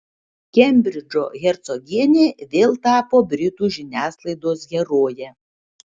kembridžo hercogienė vėl tapo britų žiniasklaidos heroje